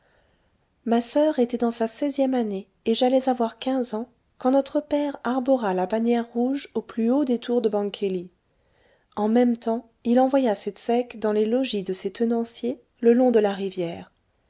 ma soeur était dans sa seizième année et j'allais avoir quinze ans quand notre père arbora la bannière rouge au plus haut des tours de bangkeli en même temps il envoya ses tzèques dans les logis de ses tenanciers le long de la rivière